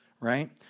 right